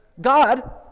God